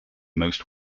most